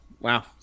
Wow